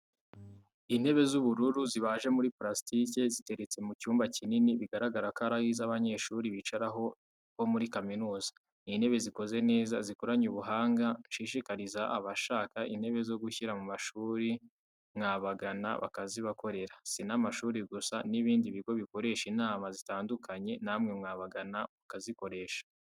Intebe z'ubururu zibaje muri purasitike, ziteretse mu cyumba kinini, bigaragara ko ari izabanyeshuri bicaraho bo muri kaminuza. Ni intebe zikoze neza zikoranye ubuhanga. Nshishikariza abashaka intebe zo gushyira mu mashuri, mwabagana bakazibakorera. Si n'amashuri gusa n'ibindi bigo bikoresha inama zitandukanye, namwe mwabagana mukazikoresha.